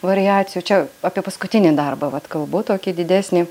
variacijų čia apie paskutinį darbą vat kalbu tokį didesnį